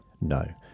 No